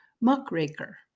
muckraker